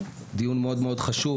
דיון מאוד מאוד חשוב,